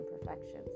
imperfections